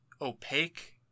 opaque